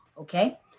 okay